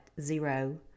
zero